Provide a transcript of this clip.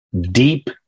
deep